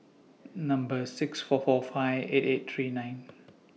Number six four four five eight eight three nine